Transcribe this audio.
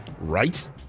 right